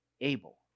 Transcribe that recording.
able